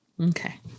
Okay